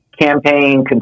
campaign